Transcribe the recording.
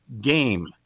game